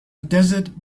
desert